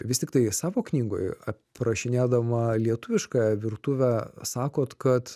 vis tiktai savo knygoj aprašinėdama lietuvišką virtuvę sakot kad